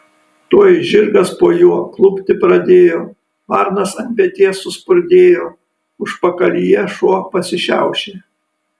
tuoj žirgas po juo klupti pradėjo varnas ant peties suspurdėjo užpakalyje šuo pasišiaušė